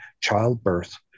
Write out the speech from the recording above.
childbirth